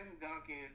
Duncan